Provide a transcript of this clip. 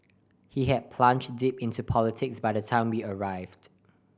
he had plunged deep into politics by the time we arrived